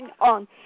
on